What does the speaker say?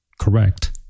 correct